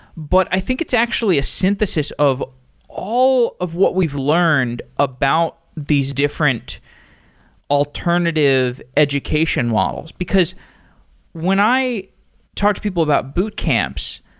but i think it's actually a synthesis of all of what we've learned about these different alternative education models. because when i talk to people that boot camps,